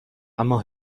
اما